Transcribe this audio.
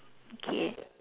K